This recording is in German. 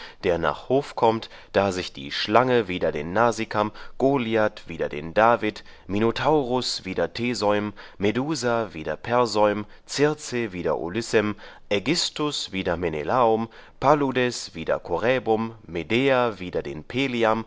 der nach hof kommt da sich die schlange wider den nasicam goliath wider den david minotaurus wider theseum medusa wider perseum circe wider ulyssem ägisthus wider menelaum paludes wider coräbum medea wider den